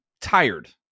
tired